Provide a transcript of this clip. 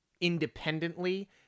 independently